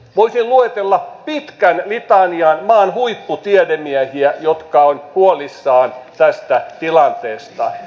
voisin luetella pitkän litanian maan huipputiedemiehiä jotka ovat huolissaan tästä tilanteesta